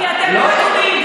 כי אתם לא חתומים,